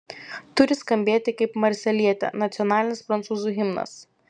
turi skambėti kaip marselietė nacionalinis prancūzų himnas